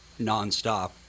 nonstop